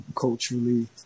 culturally